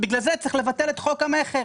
בגלל זה צריך לבטל את חוק המכר.